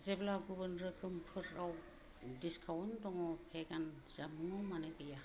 जेब्ला गुबुन रोखोमफोराव डिसकाउन्ट दङ भेगान जामुंआव मानो गैया